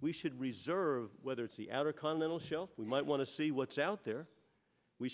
we should reserve whether it's the outer continental shelf we might want to see what's out there we